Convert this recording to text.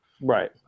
right